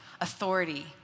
authority